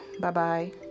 bye-bye